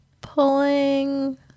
pulling